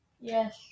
yes